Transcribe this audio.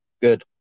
Good